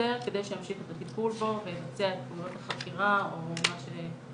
לשוטר כדי שימשיך את הטיפול בו ויבצע את פעולות החקירה או מה שנדרש.